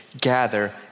gather